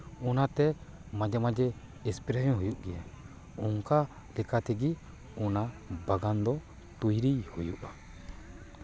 ᱚᱱᱟᱛᱮ ᱢᱟᱡᱷᱮ ᱢᱟᱡᱷᱮ ᱥᱯᱨᱮ ᱦᱚᱸ ᱦᱩᱭᱩᱜ ᱜᱮᱭᱟ ᱚᱱᱠᱟ ᱞᱮᱠᱟ ᱛᱮᱜᱮ ᱚᱱᱟ ᱵᱟᱜᱟᱱ ᱫᱚ ᱛᱳᱭᱨᱤᱭ ᱦᱩᱭᱩᱜᱼᱟ